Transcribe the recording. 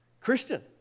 Christian